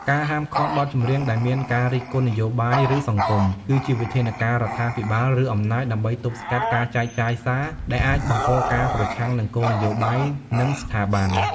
ការហាមឃាត់បទចម្រៀងដែលមានការរិះគន់នយោបាយ ឬសង្គម គឺជាវិធានការរដ្ឋាភិបាល ឬអំណាច ដើម្បីទប់ស្កាត់ការចែកចាយសារ ដែលអាចបង្កការប្រឆាំងនឹងគោលនយោបាយ និងស្ថាប័ន។